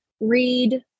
read